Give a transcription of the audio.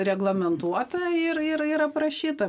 reglamentuota ir ir ir aprašyta